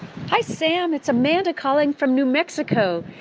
hi, sam. it's amanda calling from new mexico.